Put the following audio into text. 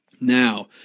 Now